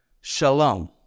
shalom